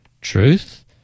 Truth